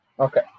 Okay